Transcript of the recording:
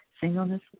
Singleness